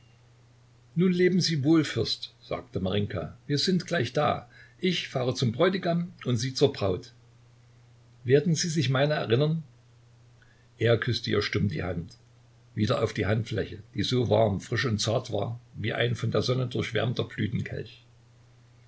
nun leben sie wohl fürst sagte marinjka wir sind gleich da ich fahre zum bräutigam und sie zur braut werden sie sich meiner erinnern er küßte ihr stumm die hand wieder auf die handfläche die so warm frisch und zart war wie ein von der sonne durchwärmter